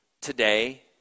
today